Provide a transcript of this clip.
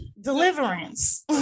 Deliverance